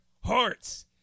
hearts